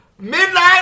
Midnight